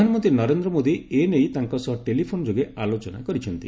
ପ୍ରଧାନମନ୍ତ୍ରୀ ନରେନ୍ଦ୍ ମୋଦୀ ଏ ନେଇ ତାଙ୍କ ସହ ଟେଲିଫୋନ୍ ଯୋଗେ ଆଲୋଚନା କରିଛନ୍ତି